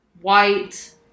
white